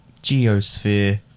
Geosphere